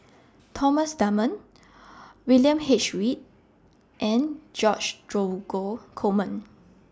Thomas Dunman William H Read and George Dromgold Coleman